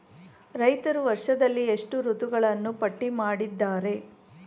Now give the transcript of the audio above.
ರೈತರು ವರ್ಷದಲ್ಲಿ ಎಷ್ಟು ಋತುಗಳನ್ನು ಪಟ್ಟಿ ಮಾಡಿದ್ದಾರೆ?